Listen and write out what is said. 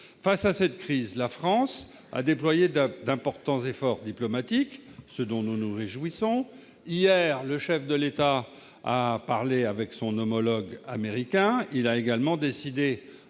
Face à cette crise, la France a déployé d'importants efforts diplomatiques, ce dont nous nous réjouissons. Hier, le chef de l'État s'est entretenu avec son homologue américain. Il a également décidé